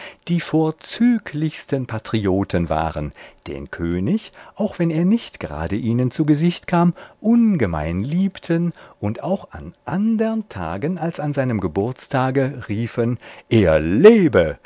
die vorzüglichsten patrioten waren den könig auch wenn er nicht gerade ihnen zu gesicht kam ungemein liebten und auch an andern tagen als an seinem geburtstage riefen er lebe